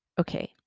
okay